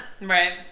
Right